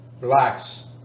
Relax